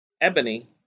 Ebony